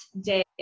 day